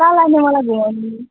कहाँ लाने मलाई घुमाउनु